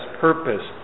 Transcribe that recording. purpose